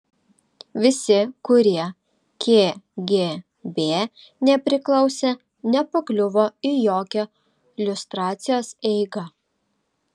visi kurie kgb nepriklausė nepakliuvo į jokią liustracijos eigą